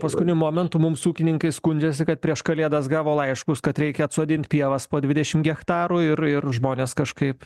paskutiniu momentu mums ūkininkai skundžiasi kad prieš kalėdas gavo laiškus kad reikia atsodint pievas po dvidešim hektarų ir ir žmonės kažkaip